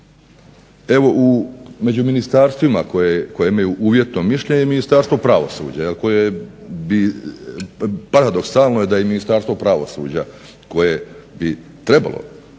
evo u, među ministarstvima koje imaju uvjetno mišljenje, Ministarstvo pravosuđa koje bi paradoksalno je da i Ministarstvo pravosuđa koje bi trebalo